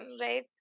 right